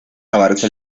abarca